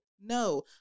no